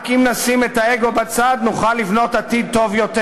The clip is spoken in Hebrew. רק אם נשים את האגו בצד נוכל לבנות עתיד טוב יותר.